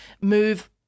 move